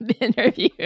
interview